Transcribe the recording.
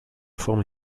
forme